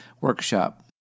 workshop